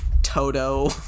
toto